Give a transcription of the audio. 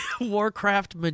Warcraft